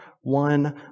one